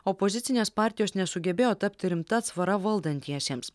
opozicinės partijos nesugebėjo tapti rimta atsvara valdantiesiems